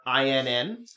INN